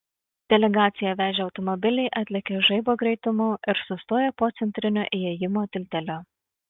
delegaciją vežę automobiliai atlėkė žaibo greitumu ir sustojo po centrinio įėjimo tilteliu